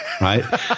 right